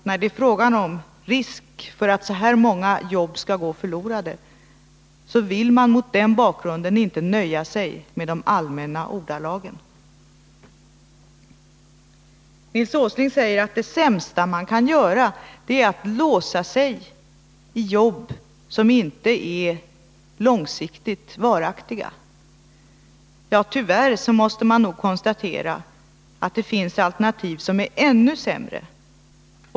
När det är risk för att så här många jobb skall gå förlorade är det klart att man inte kan nöja sig med allmänna ordalag. Nils Åsling säger att det sämsta man kan göra är att låsa sig i jobb som inte är långsiktigt varaktiga. Ja, tyvärr måste man nog konstatera att det finns alternativ som är ännu sämre.